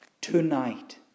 tonight